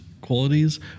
qualities